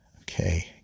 Okay